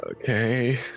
Okay